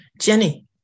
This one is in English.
Jenny